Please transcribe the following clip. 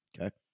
Okay